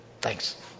Thanks